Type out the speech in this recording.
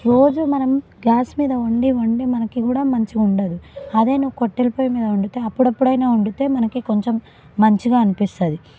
రోజూ మనం గ్యాస్ మీద వండి వండి మనకి కూడా మంచిగా ఉండదు అదే కట్టెల పొయ్యి మీద వండితే అప్పుడప్పుడైనా వండితే మనకి కొంచెం మంచిగా అనిపిస్తుంది